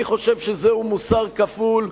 אני חושב שזהו מוסר כפול,